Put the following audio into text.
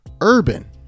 urban